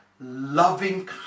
loving